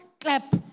Clap